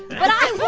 but i will